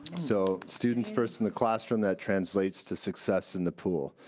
so students first in the classroom that translates to success in the pool.